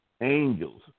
angels